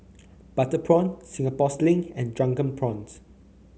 Butter Prawn Singapore Sling and Drunken Prawns